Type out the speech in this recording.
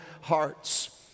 hearts